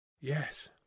Yes